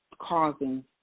causing